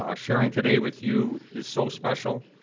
um sharing today with you is so special,